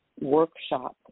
workshop